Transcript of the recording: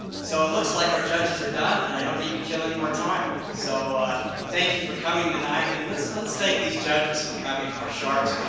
so it looks like our judges are done, and i don't need to kill anymore time. so thank you for coming tonight, and let's let's thank these judges for coming, our sharks